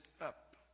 up